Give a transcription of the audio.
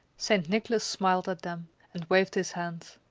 st. nicholas smiled at them and waved his hand.